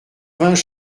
vingts